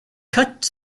cut